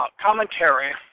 commentary